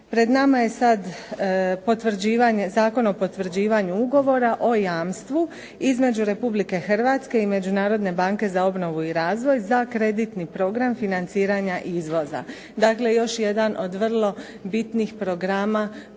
Pred nama je sada Zakon o potvrđivanju Ugovora o jamstvu između Republike Hrvatske i Međunarodne banke za obnovu i razvoj za kreditni program financiranja izvoza. Dakle još jedan od bitnih programa koji